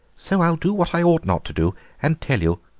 so i'll do what i ought not to do and tell you.